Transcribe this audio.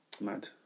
Mad